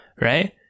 right